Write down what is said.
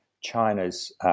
China's